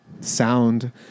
sound